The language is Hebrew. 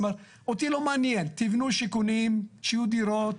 אמר אותי לא מעניין, תבנו שיכונים, שיהיו דירות.